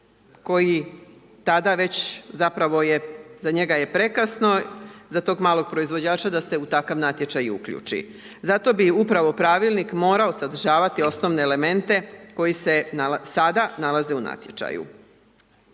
koji tada već zapravo je, za njega je prekasno, za tog malog proizvođača da se u takav natječaj i uključi. Zato bi upravo pravilnik morao sadržavati osnovne elemente koji se sada nalaze u natječaju.